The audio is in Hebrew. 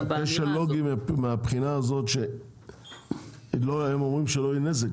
כשל לוגי מהבחינה הזאת שהם אומרים שלא יהיה נזק,